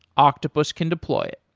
octopus can deploy it.